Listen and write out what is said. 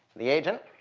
the agent,